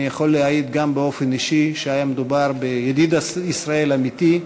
אני יכול להעיד גם באופן אישי שהיה מדובר בידיד ישראל אמיתי,